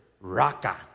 raka